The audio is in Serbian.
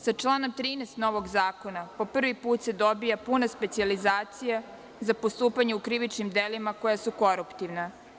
Sa članom 13. novog zakona po prvi put se dobija puna specijalizacija za postupanje u krivičnim delima koja su koruptivna.